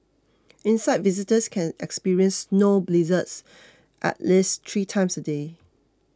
inside visitors can experience snow blizzards at least three times a day